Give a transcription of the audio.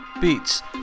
beats